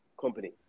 company